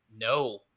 no